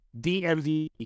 DMV